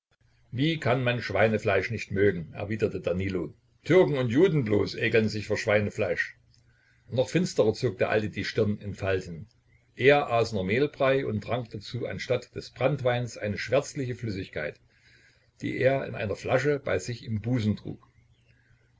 wie kann man schweinefleisch nicht mögen erwiderte danilo türken und juden bloß ekeln sich vor schweinefleisch noch finsterer zog der alte die stirn in falten er aß nur mehlbrei und trank dazu anstatt des branntweins eine schwärzliche flüssigkeit die er in einer flasche bei sich im busen trug